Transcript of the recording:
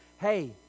hey